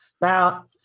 Now